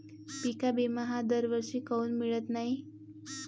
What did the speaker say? पिका विमा हा दरवर्षी काऊन मिळत न्हाई?